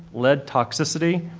lead toxicity,